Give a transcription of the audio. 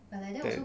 then